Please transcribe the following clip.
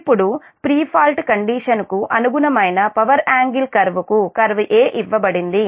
ఇప్పుడు pre fault కండిషన్కు అనుగుణమైన పవర్ యాంగిల్ కర్వ్కు కర్వ్ A ఇవ్వబడింది